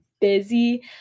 busy